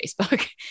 Facebook